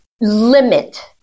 limit